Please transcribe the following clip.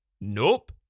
Nope